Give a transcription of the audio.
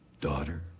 daughter